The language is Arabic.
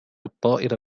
الطائر